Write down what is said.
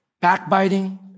backbiting